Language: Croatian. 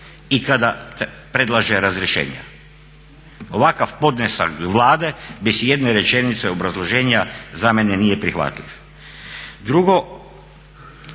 i kada predlaže razrješenja. Ovakav podnesak Vlade bez ijedne rečenice obrazloženja za mene nije prihvatljiv.